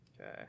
Okay